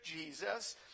Jesus